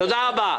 תודה רבה.